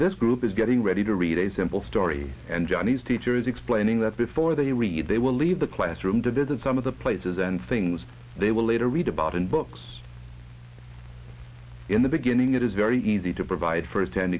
this group is getting ready to read a simple story and johnny's teacher is explaining that before they read they will leave the classroom to visit some of the places and things they will later read about in books in the beginning it is very easy to provide f